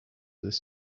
this